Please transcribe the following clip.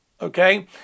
okay